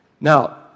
Now